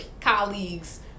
colleagues